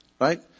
right